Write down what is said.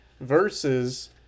versus